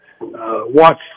watch